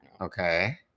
okay